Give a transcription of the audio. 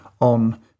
on